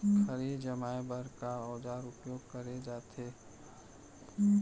खरही जमाए बर का औजार उपयोग करे जाथे सकत हे?